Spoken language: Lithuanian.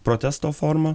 protesto forma